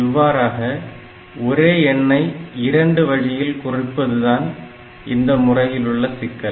இவ்வாறாக ஒரே எண்ணை இரண்டு வழியில் குறிப்பதுதான் இந்த முறையில் உள்ள சிக்கல்